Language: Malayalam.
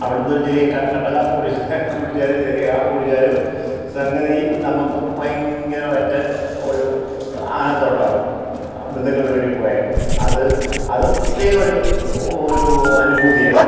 അവിടെന്നൊരു ചെറിയ കട്ടൻ കാപ്പി കുടിച്ചാലും ചെറിയ കാപ്പി കുടിച്ചാലും സംഗതി നമുക്ക് ഭയങ്കരമായിട്ട് ഒരു ആനന്ദം ഉണ്ടാവും ബന്ധുക്കളുടെ വീട്ടിൽ പോയാൽ അത് അത് പ്രത്യേക ഒരു ഒരു അനുഭൂതിയാണ്